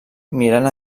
mirant